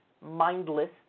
mindless